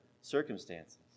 circumstances